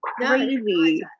crazy